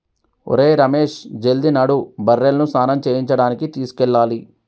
ఒరేయ్ రమేష్ జల్ది నడు బర్రెలను స్నానం చేయించడానికి తీసుకెళ్లాలి